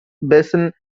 basin